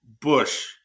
Bush